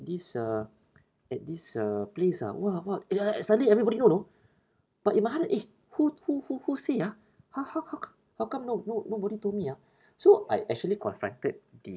this uh at this uh place ah !wah! !wah! and like suddenly everybody know know but in my heart eh who who who who say ah how how how co~ how come no no nobody told me ah so I actually confronted the